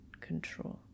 control